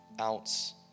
ounce